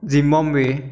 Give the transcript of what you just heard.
Zimbabwe